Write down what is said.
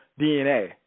DNA